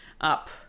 up